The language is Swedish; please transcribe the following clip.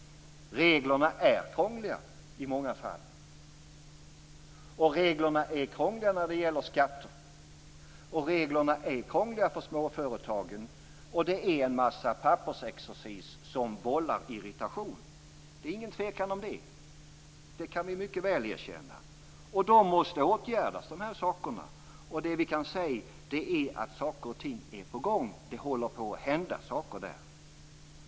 Reglerna är krångliga i många fall. Reglerna är krångliga när det gäller skatter, och reglerna är krångliga för småföretagen. Det är en massa pappersexercis som vållar irritation. Det är ingen tvekan om det. Det kan vi mycket väl erkänna. De sakerna måste åtgärdas. Det vi kan se är att saker och ting är på gång. Det håller på att hända saker där.